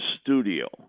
studio